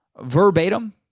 verbatim